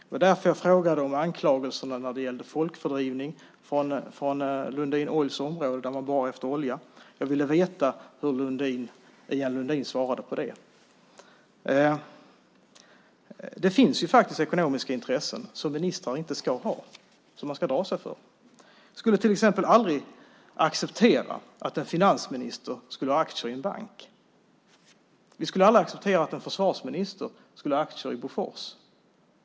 Det var därför jag frågade om anklagelserna när det gällde folkfördrivning från det område där Lundin Oil borrade efter olja. Jag ville veta hur Ian Lundin svarade på det. Det finns faktiskt ekonomiska intressen som ministrar inte ska ha, som man ska dra sig för. Vi skulle till exempel aldrig acceptera att en finansminister har aktier i en bank. Vi skulle aldrig acceptera att en försvarsminister har aktier i Bofors.